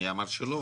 מי אמר שלא?